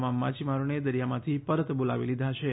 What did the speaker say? તમામ માછીમારોને દરિયામાંથી પરત બોલાવી લીધા છે